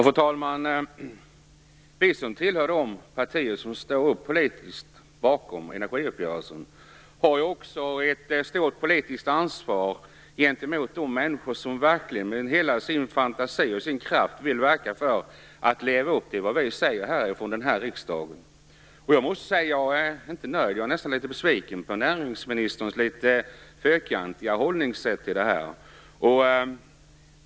Fru talman! Vi som tillhör de partier som politiskt står bakom energiuppgörelsen har ju också ett stort politiskt ansvar gentemot de människor som med hela sin fantasi och hela sin kraft vill leva upp till vad vi i riksdagen säger. Jag är inte nöjd. Jag är nästan litet besviken på näringsministerns litet fyrkantiga förhållningssätt till det här.